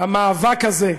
המאבק הזה,